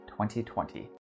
2020